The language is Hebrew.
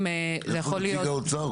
זה יכול להיות --- איפה נציג האוצר?